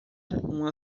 uma